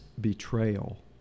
betrayal